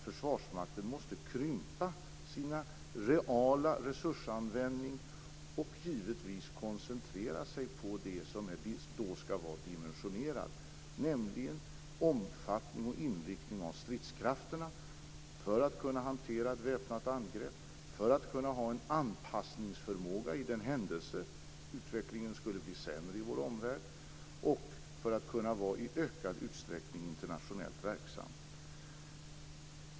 Försvarsmakten måste krympa sin reala resursanvändning och givetvis koncentrera sig på det som skall vara dimensionerande, nämligen omfattningen och inriktningen när det gäller stridskrafterna för att man skall kunna hantera ett väpnat angrepp, för att man skall kunna ha en anpassningsförmåga i den händelse utvecklingen skulle bli sämre i vår omvärld och för att man i ökad utsträckning skall kunna vara internationellt verksam.